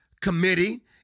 committee